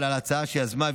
על ההצעה שיזמה,